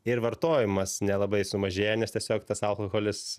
ir vartojimas nelabai sumažėja nes tiesiog tas alkoholis